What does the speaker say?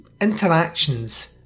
interactions